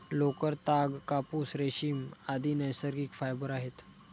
लोकर, ताग, कापूस, रेशीम, आदि नैसर्गिक फायबर आहेत